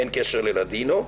אין קשר ללדינו.